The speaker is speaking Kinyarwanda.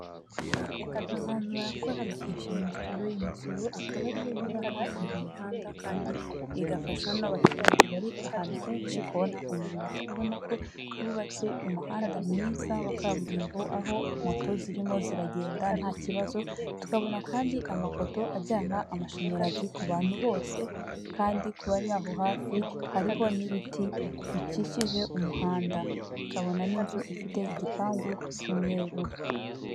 Abantu barakora bakishyura imisoro, imisoro akaba ariyo yubaka iyi mihanda, kandi igafashwa n'abaturage bari ahantu henshi kubona umuriro, tukabona ko bubatse umuhanda mwiza wa kaburimbo, aho moto zirimo ziragenda nta kibazo, tukabona kandi amapoto ajyana amashanyarazi ku bantu bose, kandi kubari aho hafi hariho n'ibiti bikikije umuhanda ,tukabona n'inzu ifite igipangu cy'umweru.